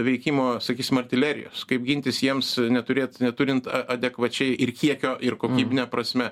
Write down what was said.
veikimo sakysim artilerijos kaip gintis jiems neturėt neturint a adekvačiai ir kiekio ir kokybine prasme